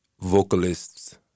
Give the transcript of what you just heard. vocalists